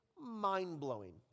mind-blowing